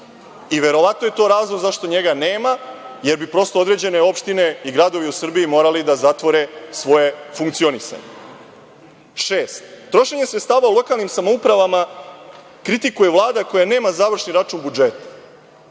Verovatno je to razlog zašto njega nema, jer bi prosto određene opštine i gradovi u Srbiji morali da zatvore svoje funkcionisanje. Šest, trošenje sredstava u lokalnim samoupravama kritikuje Vlada koja nema završni račun budžeta,